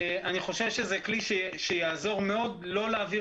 חושב שזה כלי שיעזור מאוד לא להעביר